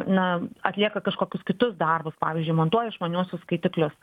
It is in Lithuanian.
na atlieka kažkokius kitus darbus pavyzdžiui montuoja išmaniuosius skaitiklius